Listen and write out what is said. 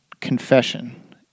confession